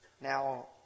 Now